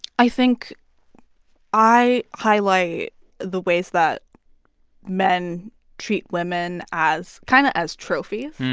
i think i highlight the ways that men treat women as kind of as trophies.